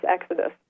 exodus